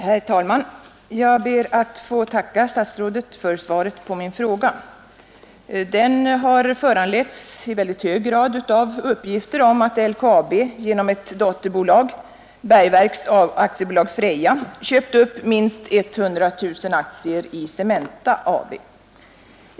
Herr talman! Jag ber att få tacka statsrådet för svaret på min fråga. Den har i hög grad föranletts av uppgifter om att LKAB genom ett dotterbolag, Bergverks AB Freja, köpt upp minst 100 000 aktier i Cementa AB.